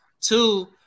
Two